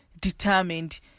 determined